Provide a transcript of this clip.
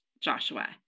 Joshua